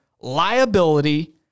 liability